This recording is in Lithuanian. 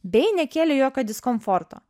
bei nekėlė jokio diskomforto